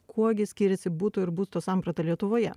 kuo gi skiriasi buto ir būsto samprata lietuvoje